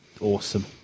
awesome